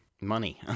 money